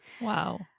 Wow